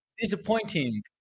disappointing